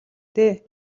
дээ